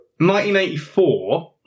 1984